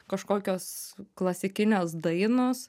kažkokios klasikinės dainos